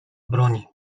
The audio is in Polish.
broni